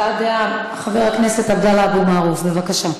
הבעת דעה, חבר הכנסת עבדאללה אבו מערוף, בבקשה.